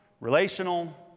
relational